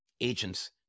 Agents